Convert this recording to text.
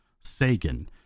Sagan